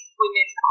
women